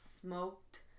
smoked